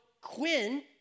Quinn